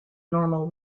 normal